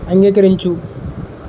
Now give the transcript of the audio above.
అంగీకరించు